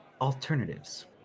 Alternatives